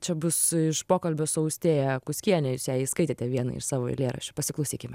čia bus iš pokalbio su austėja kuskiene jūs jai skaitėte vieną iš savo eilėraščių pasiklausykime